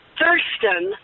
Thurston